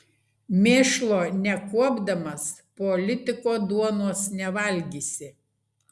mėšlo nekuopdamas politiko duonos nevalgysi